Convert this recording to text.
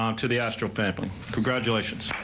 um to the astor family congratulations.